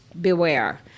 beware